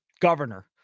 governor